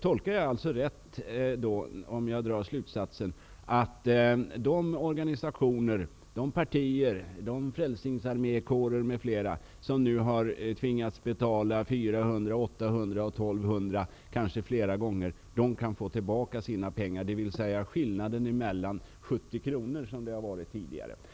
Tolkar jag det hela rätt om jag drar följande slutsats, nämligen att de organisationer, partier, kårer inom Frälsningsarmén m.m., som har tvingats betala 400, 800, 1 200 kr, kanske flera gånger, kan få tillbaka sina pengar, dvs. mellanskillnaden från tidigare 70 kr?